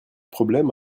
problème